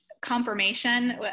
confirmation